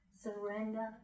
Surrender